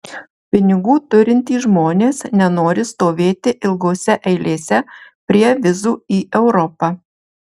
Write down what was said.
pinigų turintys žmonės nenori stovėti ilgose eilėse prie vizų į europą